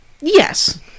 Yes